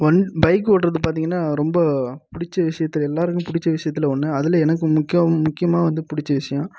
one bike ஓட்றது பார்த்தீங்கன்னா ரொம்ப பிடிச்ச விஷயத்துல எல்லாருக்கும் பிடிச்ச விஷயத்துல ஒன்று அதில் எனக்கு முக்கியம் முக்கியமாக வந்து பிடிச்ச விஷயோம்